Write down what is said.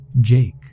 Jake